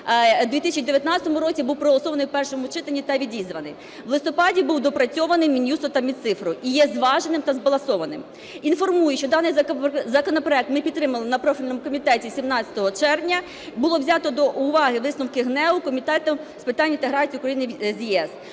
в 2019 році був проголосований в першому читанні та відізваний. У листопаді був доопрацьований Мін'юстом та Мінцифри і є зваженим та збалансованим. Інформую, що даний законопроект ми підтримали на профільному комітеті 17 червня. Було взято до уваги висновки ГНЕУ, Комітету з питань інтеграції України з ЄС.